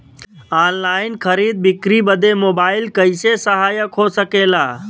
Online खरीद बिक्री बदे मोबाइल कइसे सहायक हो सकेला?